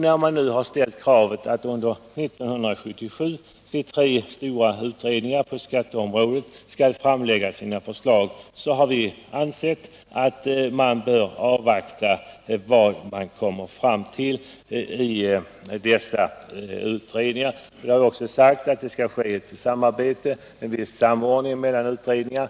När vi nu har ställt kravet att de tre stora utredningarna på skatteområdet skall framlägga sina förslag under 1977 anser vi att man bör avvakta och se vad dessa utredningar kommer fram till. Vi har också sagt att det skall ske en viss samordning och visst samarbete mellan utredningarna.